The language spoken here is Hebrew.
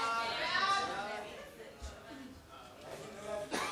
לא הספקתי להגיד את הכול, אבל טיפה,